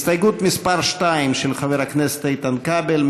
הסתייגות מס' 2, של חבר הכנסת איתן כבל.